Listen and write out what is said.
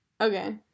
Okay